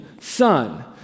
son